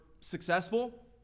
successful